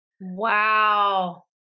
Wow